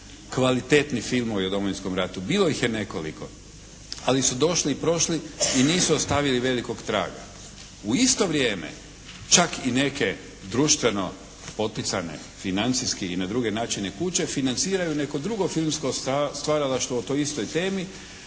kvalitetni filmovi o Domovinskom ratu. Bilo ih je nekoliko, ali su došli i prošli i nisu ostavili velikog traga. U isto vrijeme čak i neke društveno poticane financijski i na druge načine kuće financiraju neko drugo filmsko stvaralaštvo o toj istoj temi